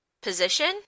position